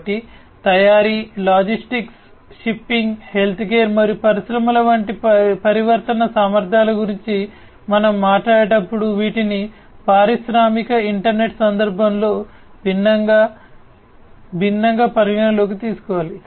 కాబట్టి తయారీ logistics shipping healthcare మరియు పరిశ్రమల వంటి పరివర్తన సామర్థ్యాల గురించి మనం మాట్లాడేటప్పుడు వీటిని పారిశ్రామిక ఇంటర్నెట్ సందర్భంలో భిన్నంగా భిన్నంగా పరిగణనలోకి తీసుకోవాలి